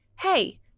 Hey